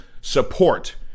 support